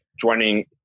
joining